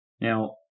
Now